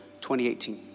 2018